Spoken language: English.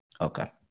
Okay